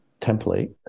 template